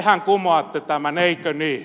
tehän kumoatte tämän eikö niin